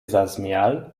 zasmejal